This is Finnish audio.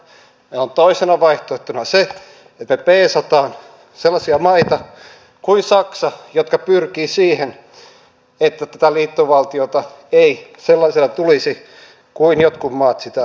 meillä on toisena vaihtoehtona se että peesataan sellaisia maita kuin saksa jotka pyrkivät siihen että tätä liittovaltiota ei sellaisena tulisi kuin jotkut maat sitä ajavat